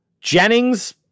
Jennings